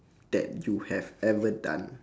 that you have ever done